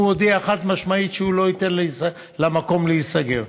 והוא הודיע חד-משמעית שהוא לא ייתן למקום להיסגר.